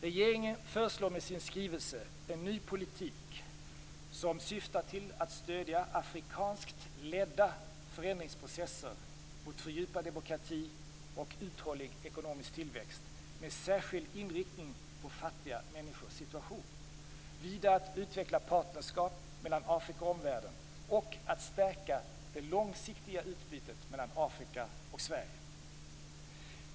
Regeringen föreslår med sin skrivelse en ny politik som syftar till att stödja afrikanskt ledda förändringsprocesser mot fördjupad demokrati och uthållig ekonomisk tillväxt med särskild inriktning på fattiga människors situation. Vidare föreslår regeringen att utveckla partnerskap mellan Afrika och omvärlden och att stärka det långsiktiga utbytet mellan Afrika och Sverige.